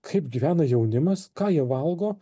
kaip gyvena jaunimas ką jie valgo